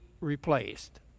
replaced